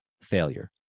Failure